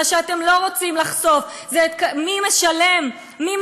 מה שאתם לא רוצים לחשוף זה מי משלם ומי